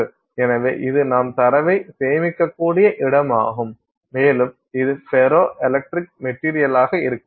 எனவே இது நாம் தரவைச் சேமிக்கக்கூடிய இடமாகும் மேலும் இது ஃபெரோ எலக்ட்ரிக் மெட்டீரியலாக இருக்கலாம்